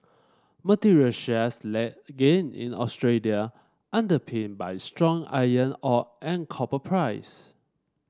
material shares led gain in Australia underpinned by stronger iron ore and copper price